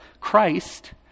Christ